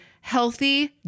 healthy